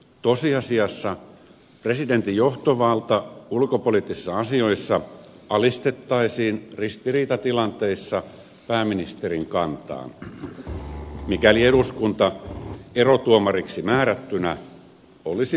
tosiasiassa presidentin johtovalta ulkopoliittisissa asioissa alistettaisiin ristiriitatilanteissa pääministerin kantaan mikäli eduskunta erotuomariksi määrättynä olisi pääministerin kannalla